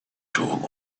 told